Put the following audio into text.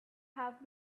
have